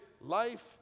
life